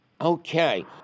Okay